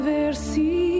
Versi